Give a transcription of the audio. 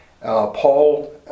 Paul